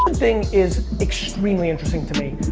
thing is extremely interesting to me,